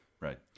Right